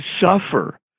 suffer